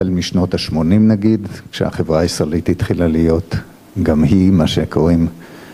משנות ה-80 נגיד, כשהחברה הישראלית התחילה להיות גם היא, מה שקוראים